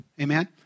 amen